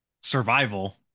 survival